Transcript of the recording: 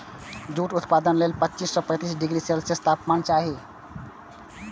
jute उत्पादन लेल पच्चीस सं पैंतीस डिग्री सेल्सियस तापमान चाही